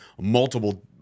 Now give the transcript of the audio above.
multiple